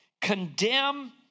condemn